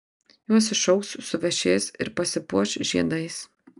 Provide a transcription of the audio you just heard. jos išaugs suvešės ir pasipuoš žiedais